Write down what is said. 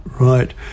Right